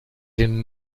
den